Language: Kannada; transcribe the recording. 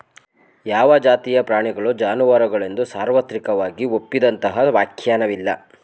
ಯಾವ ಜಾತಿಯ ಪ್ರಾಣಿಗಳು ಜಾನುವಾರುಗಳೆಂದು ಸಾರ್ವತ್ರಿಕವಾಗಿ ಒಪ್ಪಿದಂತಹ ವ್ಯಾಖ್ಯಾನವಿಲ್ಲ